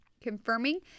confirming